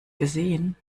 gesehen